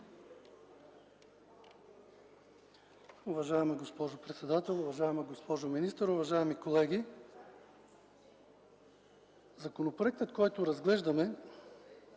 Уважаема госпожо председател, уважаема госпожо министър, уважаеми колеги! Основната цел на законопроекта, който разглеждаме,